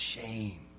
shame